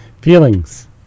Feelings